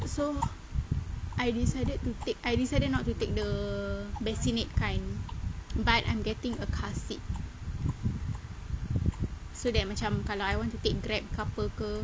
so I decided to take I decided not to take the bassinet kind but I'm getting a car seat so that macam kalau I want to take grab ke apa ke